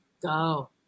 go